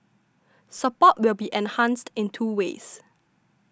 support will be enhanced in two ways